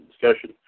discussion